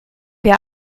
wir